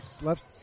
left